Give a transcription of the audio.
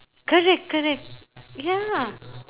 correct correct ya